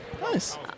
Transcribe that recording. Nice